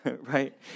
right